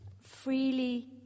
freely